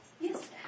Yes